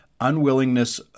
unwillingness